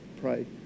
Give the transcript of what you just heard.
pray